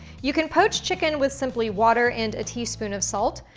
you can poach chicken with simply water and a teaspoon of salt.